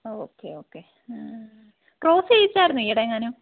okay okay cross ചെയ്യിച്ചായിരുന്നോ ഈയിടെയെങ്ങാനും